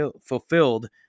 fulfilled